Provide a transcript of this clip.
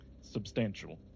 substantial